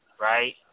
right